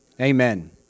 Amen